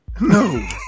No